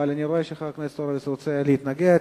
אבל אני רואה שחבר הכנסת הורוביץ רוצה להתנגד.